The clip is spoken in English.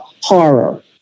horror